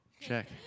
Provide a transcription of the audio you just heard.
Check